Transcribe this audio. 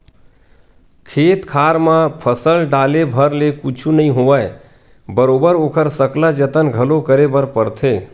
खेत खार म फसल डाले भर ले कुछु नइ होवय बरोबर ओखर सकला जतन घलो करे बर परथे